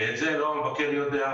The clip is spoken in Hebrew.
את זה לא המבקר יודע,